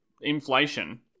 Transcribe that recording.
inflation